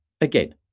Again